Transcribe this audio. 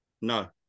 No